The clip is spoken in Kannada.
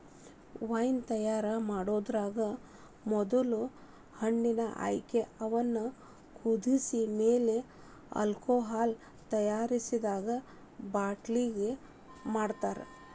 ವೈನ್ ತಯಾರ್ ಮಾಡೋದ್ರಾಗ ಮೊದ್ಲ ಹಣ್ಣಿನ ಆಯ್ಕೆ, ಅವನ್ನ ಹುದಿಗಿಸಿ ಆಮೇಲೆ ಆಲ್ಕೋಹಾಲ್ ತಯಾರಾಗಿಂದ ಬಾಟಲಿಂಗ್ ಮಾಡ್ತಾರ